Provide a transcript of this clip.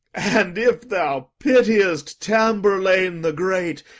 and, if thou pitiest tamburlaine the great,